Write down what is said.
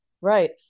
Right